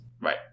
Right